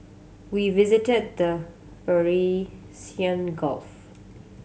we visited the Gulf